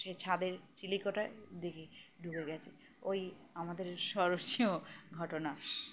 সেই ছাদের চিলেকোঠার দিকে ঢুকে গিয়েছে ওই আমাদের স্মরণীয় ঘটনা